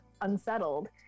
unsettled